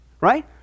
right